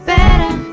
Better